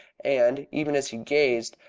and, even as he gazed,